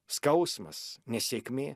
skausmas nesėkmė